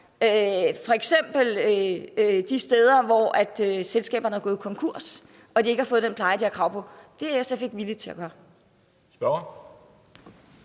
de steder, hvor selskaberne er gået konkurs og de ældre ikke har fået den pleje, de har krav på. Det er SF ikke villig til at gøre.